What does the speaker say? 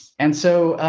and so,